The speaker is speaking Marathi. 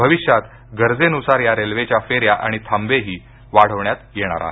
भविष्यात गरजेनुसार या रेल्वेच्या फेऱ्या आणि थांबेही वाढवण्यात येणार आहेत